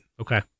Okay